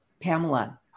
Pamela